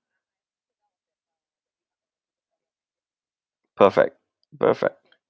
perfect perfect